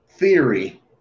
Theory